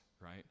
right